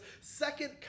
second